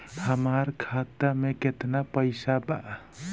हमार खाता में केतना पैसा बा?